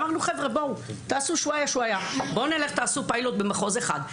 אמרנו תעשו פיילוט במחוז אחד,